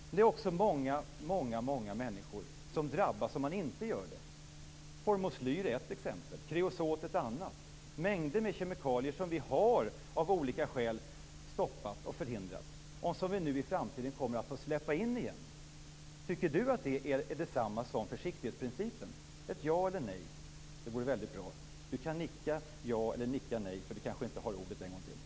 Men det är också många människor som drabbas om man inte gör det. Hormoslyr är ett exempel och kreosot ett annat. Mängder med kemikalier som vi, av olika skäl, har stoppat och förhindrat kommer vi att få släppa in igen i framtiden. Är det detsamma som försiktighetsprincipen? Det vore bra om jag fick ett svar. Holger Gustafsson kan nicka ja eller nej, då han kanske inte har fler repliker.